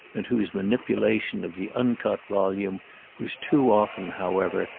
and whose manipulation of the uncut volume was too often, however,